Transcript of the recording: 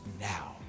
now